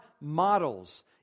models